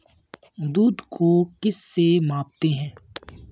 दूध को किस से मापते हैं?